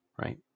Right